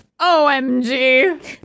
OMG